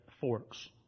forks